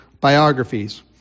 biographies